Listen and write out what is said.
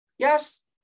Yes